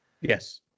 Yes